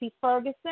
Ferguson